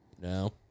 No